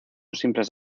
simples